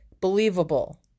believable